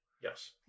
Yes